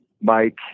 Mike